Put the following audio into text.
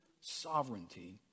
sovereignty